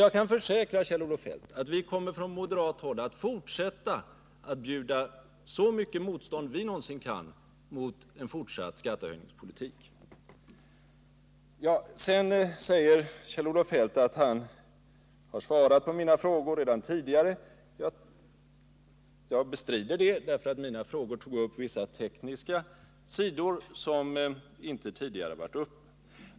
Jag kan försäkra Kjell-Olof Feldt att vi från moderat håll kommer att fortsätta att bjuda så mycket motstånd vi någonsin kan mot en fortsatt skattehöjningspolitik. Kjell-Olof Feldt sade att han redan tidigare hade svarat på mina frågor. Jag bestrider det, därför att mina frågor innehöll vissa tekniska saker som inte tidigare har debatterats.